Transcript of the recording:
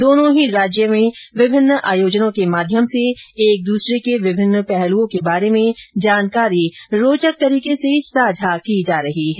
दोनों ही राज्यों में विभिन्न आयोजनों के माध्यम से एक दूसरे के विभिन्न पहलुओं के बारे में जानकारी रौचक तरीके से साझा की जा रही है